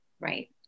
Right